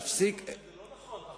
חבר